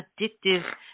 addictive